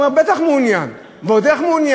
הוא אמר: בטח מעוניין, ועוד איך מעוניין.